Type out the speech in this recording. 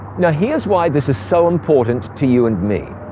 now, here's why this is so important to you and me.